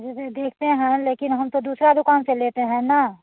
जी जी देखते हैं लेकिन हम तो दूसरा दुकान से लेते हैं ना